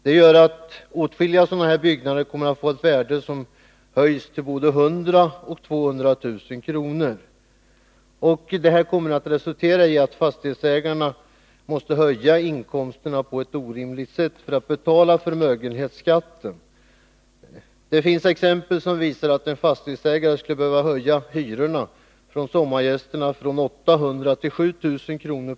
Detta gör att åtskilliga sådana byggnader kommer att få taxeringsvärden som höjs till mellan 100000 kr. och 200 000 kr., och det kommer att resultera i att fastighetsägarna måste höja sina inkomster på ett orimligt sätt för att kunna betala förmögenhetsskatten. Det finns exempel som visar att en fastighetsägare skulle behöva höja hyrorna för sommargästerna från 800 kr. till 7 000 kr.